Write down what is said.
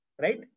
Right